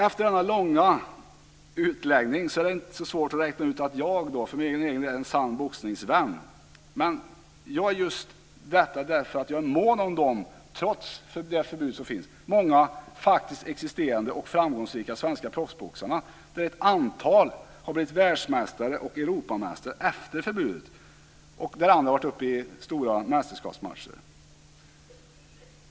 Efter denna långa utläggning är det inte så svårt att räkna ut att jag är en sann boxningsvän. Jag är just därför mån om de många faktiskt existerande, trots det förbud som finns, och framgångsrika svenska proffsboxarna. Ett antal har blivit världsmästare och Europamästare efter förbudet. Andra har varit uppe i stora mästerskapsmatcher.